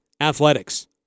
athletics